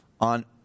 on